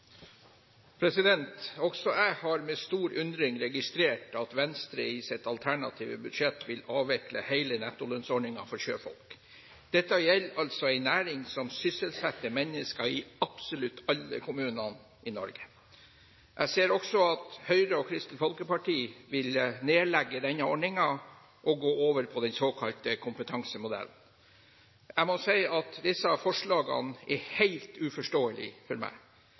Også jeg har med stor undring registrert at Venstre i sitt alternative budsjett vil avvikle hele nettolønnsordningen for sjøfolk. Dette gjelder altså en næring som sysselsetter mennesker i absolutt alle kommunene i Norge. Jeg ser også at Høyre og Kristelig Folkeparti vil nedlegge denne ordningen og gå over på den såkalte kompetansemodellen. Jeg må si at disse forslagene er helt uforståelige for meg.